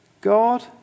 God